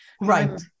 Right